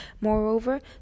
Moreover